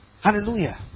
hallelujah